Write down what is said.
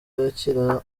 yakira